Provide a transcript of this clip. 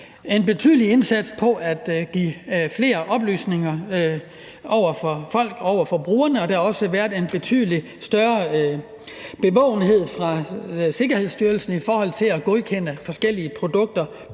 en betydelig indsats for at give flere oplysninger til folk, til brugerne, og der har også været en betydelig større bevågenhed fra Sikkerhedsstyrelsen i forhold til at godkende forskellige produkter